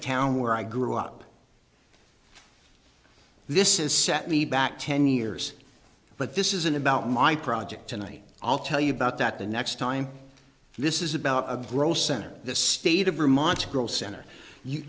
town where i grew up this is set me back ten years but this isn't about my project tonight i'll tell you about that the next time this is about a gross center the state of vermont girl center you